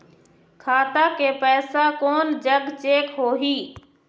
खाता के पैसा कोन जग चेक होही?